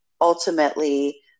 ultimately